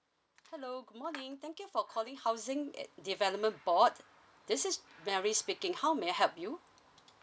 hello good morning thank you for calling housing at development board this is Mary speaking how may I help you